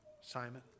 Simon